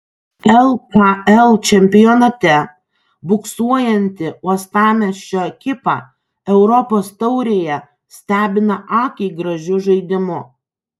lkl čempionate buksuojanti uostamiesčio ekipa europos taurėje stebina akiai gražiu žaidimu